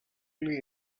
live